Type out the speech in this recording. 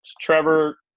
Trevor